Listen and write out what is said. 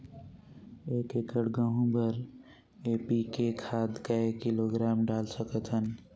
एक एकड़ गहूं बर एन.पी.के खाद काय किलोग्राम डाल सकथन?